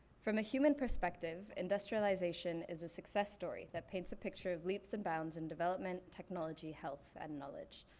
from a human perspective, industrialization is a success story that paints a picture of leaps and bounds in development, technology, health, and knowledge.